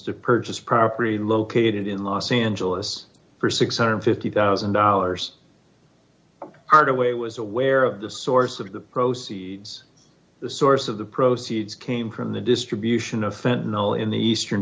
to purchase property located in los angeles for six hundred and fifty thousand dollars hardaway was aware of the source of the proceeds the source of the proceeds came from the distribution of fenton all in the eastern